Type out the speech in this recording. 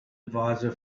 advisor